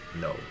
No